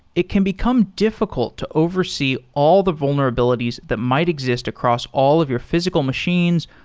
it can become difficult to oversee all the vulnerabilities that might exist across all of your physical machines,